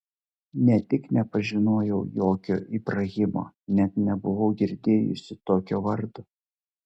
ne tik nepažinojau jokio ibrahimo net nebuvau girdėjusi tokio vardo